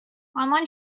online